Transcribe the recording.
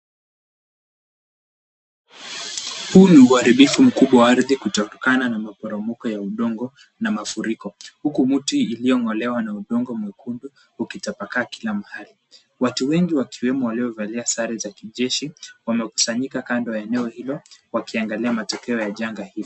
Huu ni uharibifu mkubwa wa ardhi kutokana na maporomoko ya udongo na mafuriko. Huku mti iliyong'olewa na udongo mwekundu ukitapakaa kila mahali. Watu wengi wakiwemo waliovalia sare za kijeshi wamekusanyika kando ya eneo hilo wakiangalia matokeo ya janga hilo.